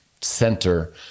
center